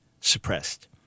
suppressed